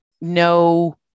no